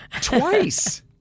twice